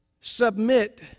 Submit